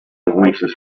wishes